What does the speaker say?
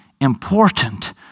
important